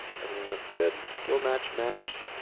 everything looks good, will match matched,